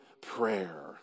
prayer